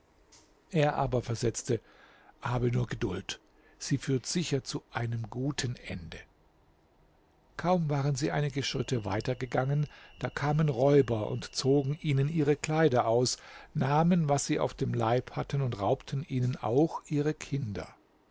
er aber versetzte habe nur geduld sie führt sicher zu einem guten ende kaum waren sie einige schritte weiter gegangen da kamen räuber und zogen ihnen ihre kleider aus nahmen was sie auf dem leibe hatten und raubten ihnen auch ihre kinder